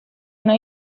una